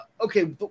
okay